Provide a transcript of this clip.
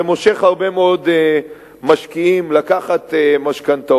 זה מושך הרבה מאוד משקיעים לקחת משכנתאות,